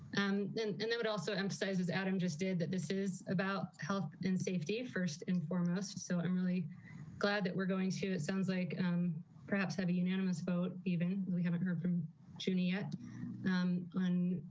um and and that would also emphasizes adam just did that. this is about health and safety, first and foremost, so i'm really glad that we're going to, it sounds like perhaps have a unanimous vote, even we haven't heard from june yet um on